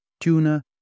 tuna